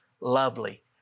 lovely